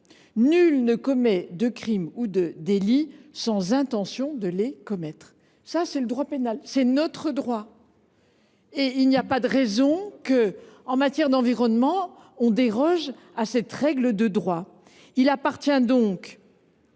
n’y a point de crime ou de délit sans intention de le commettre », dit le code pénal. Tel est notre droit ! Exactement ! Et il n’y a pas de raison que, en matière d’environnement, on déroge à cette règle de droit. Il appartient donc